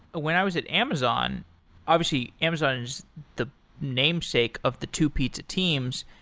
when i was at amazon obviously, amazon is the namesake of the two pizza teams,